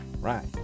Right